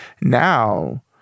Now